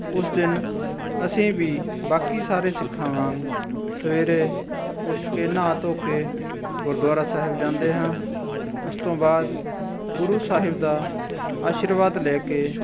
ਉਸ ਦਿਨ ਅਸੀਂ ਵੀ ਬਾਕੀ ਸਾਰੇ ਸਿੱਖਾਂ ਵਾਂਗ ਸਵੇਰੇ ਉੱਠ ਕੇ ਨਹਾ ਧੋ ਕੇ ਗੁਰਦੁਆਰਾ ਸਾਹਿਬ ਜਾਂਦੇ ਹਾਂ ਉਸ ਤੋਂ ਬਾਅਦ ਗੁਰੂ ਸਾਹਿਬ ਦਾ ਅਸ਼ੀਰਵਾਦ ਲੈ ਕੇ